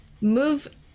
move